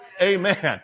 Amen